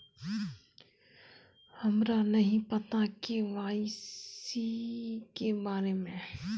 हमरा नहीं पता के.वाई.सी के बारे में?